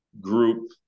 group